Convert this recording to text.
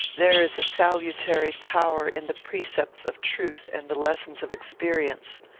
there is a salutary power in the precepts of truth and the lessons of experience.